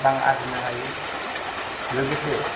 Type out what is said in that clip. रां आरजिनो हायो लोगोसे